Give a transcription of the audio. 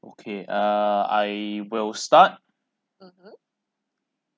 okay uh I will start